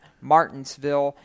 Martinsville